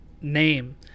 name